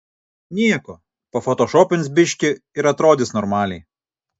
nieko pafotošopins biškį ir atrodys normaliai